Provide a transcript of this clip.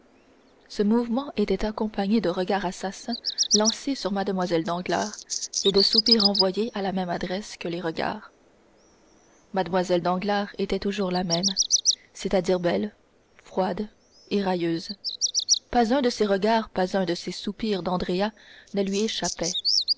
ce mouvement était accompagné de regards assassins lancés sur mlle danglars et de soupirs envoyés à la même adresse que les regards mlle danglars était toujours la même c'est-à-dire belle froide et railleuse pas un de ces regards pas un de ces soupirs d'andrea ne lui échappaient